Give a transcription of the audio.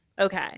okay